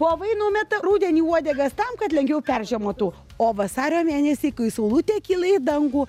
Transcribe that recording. povai numeta rudenį uodegas tam kad lengviau peržiemotų o vasario mėnesį kai saulutė kyla į dangų